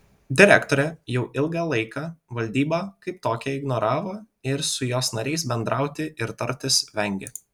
direktorė jau ilgą laiką valdybą kaip tokią ignoravo ir su jos nariais bendrauti ir tartis vengė